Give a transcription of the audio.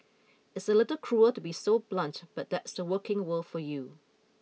it's a little cruel to be so blunt but that's the working world for you